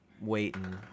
waiting